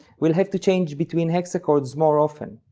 we'll have to change between hexachords more often.